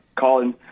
Colin